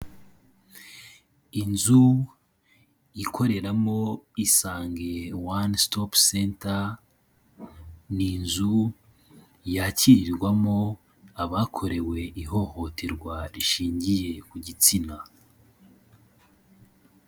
Inzu ikoreramo Isange One Stop Center, ni inzu yakirirwamo abakorewe ihohoterwa rishingiye ku gitsina.